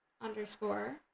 underscore